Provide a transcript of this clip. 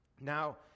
Now